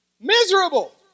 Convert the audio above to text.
Miserable